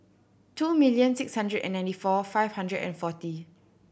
two million six hundred and ninety four five hundred and forty